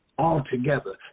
Altogether